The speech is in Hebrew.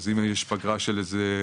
אז אם יש פגרה של חודש,